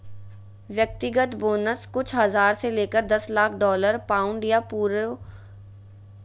व्यक्तिगत बोनस कुछ हज़ार से लेकर दस लाख डॉलर, पाउंड या यूरो तलक हो सको हइ